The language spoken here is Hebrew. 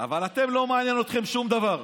אבל אתם, לא מעניינים אתכם שום דבר.